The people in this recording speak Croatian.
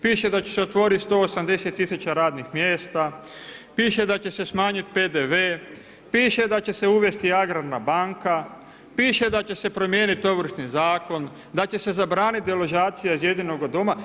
Piše da će se otvoriti 180.000 radnih mjesta, piše da će se smanjiti PDV, piše da će se uvesti agrarna banka, piše da će se promijeniti Ovršni zakon, da će se zabraniti deložacija iz jedinoga doma.